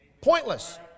Pointless